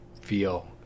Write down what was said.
feel